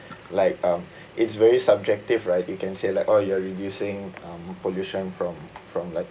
like um it's very subjective right you can say like oh you are reducing um pollution from from like